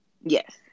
Yes